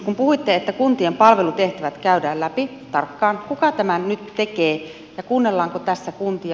kun puhuitte että kuntien palvelutehtävät käydään läpi tarkkaan kuka tämän nyt tekee ja kuunnellaanko tässä kuntia